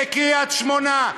בקריית-שמונה.